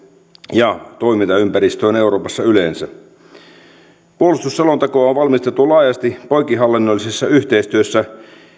ja toimintaympäristöön euroopassa yleensä puolustusselontekoa on valmisteltu laajasti poikkihallinnollisessa yhteistyössä